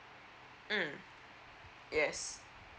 mm yes